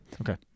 Okay